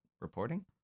Reporting